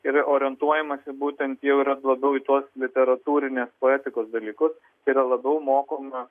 ir orientuojamasi būtent jau yra labiau į tuos literatūrinės poetikos dalykus tai yra labiau mokoma